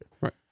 Right